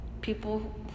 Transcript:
people